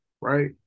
right